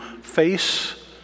face